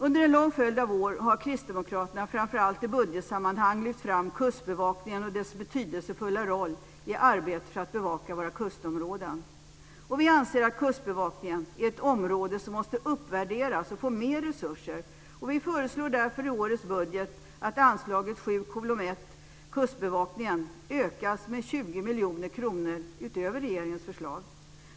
Under en lång följd av år har Kristdemokraterna, framför allt i budgetsammanhang, lyft fram Kustbevakningen och dess betydelsefulla roll i arbetet med att bevaka våra kustområden. Vi anser att Kustbevakningen är ett område som måste uppvärderas och få mer resurser. Vi föreslår därför i årets budget att anslaget 7:1 Kustbevakningen ökas med 20 miljoner kronor utöver regeringens förslag.